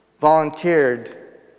volunteered